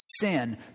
sin